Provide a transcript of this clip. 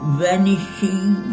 vanishing